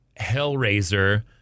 hellraiser